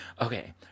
Okay